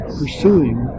pursuing